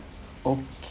okay